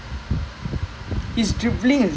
it's actually insane like